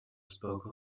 spoke